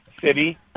city